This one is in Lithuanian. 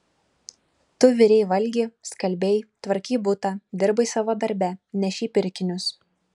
tu virei valgi skalbei tvarkei butą dirbai savo darbe nešei pirkinius